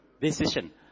decision